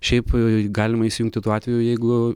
šiaip galima įsijungti tuo atveju jeigu